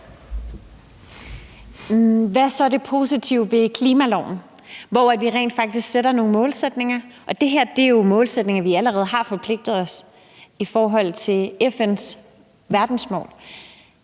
Hvad er så det positive ved klimaloven, hvor vi rent faktisk sætter nogle målsætninger? Det er jo målsætninger, vi allerede har forpligtet os til i forhold til FN's verdensmål,